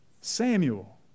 Samuel